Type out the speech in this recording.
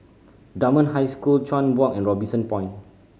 Dunman High School Chuan Walk and Robinson Point